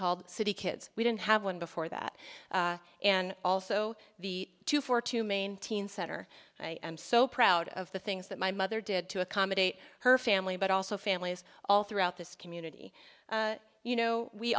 called city kids we didn't have one before that and also the two for two main teen center and i am so proud of the things that my mother did to accommodate her family but also families all throughout this community you know we